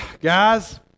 guys